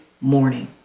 morning